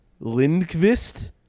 Lindqvist